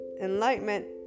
enlightenment